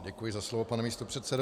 Děkuji za slovo, pane místopředsedo.